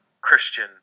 Christian